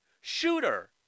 Shooter